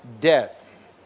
death